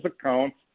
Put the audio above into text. accounts